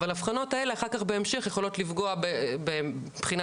אבל האבחנות האלה אחר כך בהמשך יכולות לפגוע בהם מבחינת